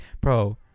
bro